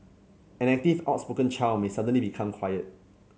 an active outspoken child may suddenly become quiet